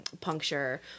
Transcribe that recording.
Puncture